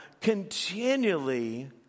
continually